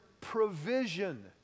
provision